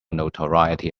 notoriety